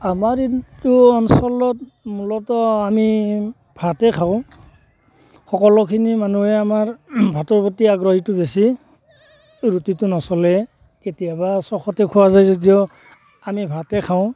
আমাৰ এইটো অঞ্চলত মূলতঃ আমি ভাতেই খাওঁ সকলোখিনি মানুহে আমাৰ ভাতৰ প্ৰতি আগ্ৰহীটো বেছি ৰুটিটো নচলে কেতিয়াবা চখতে খোৱা যায় যদিও আমি ভাতে খাওঁ